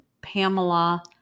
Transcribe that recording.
Pamela